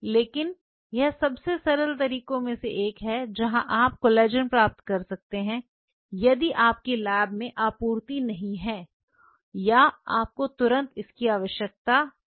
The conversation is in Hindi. लेकिन यह सबसे सरल तरीकों में से एक है जहां आप कोलेजन प्राप्त कर सकते हैं यदि आपकी लैब में आपूर्ति नहीं है या आप को तुरंत इसकी आवश्यकता है या चाहते हैं